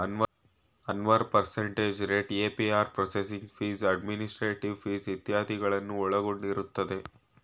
Anwar percentage rate, APR processing fees, administrative fees ಇತ್ಯಾದಿಗಳನ್ನು ಒಳಗೊಂಡಿರುತ್ತದೆ